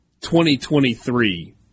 2023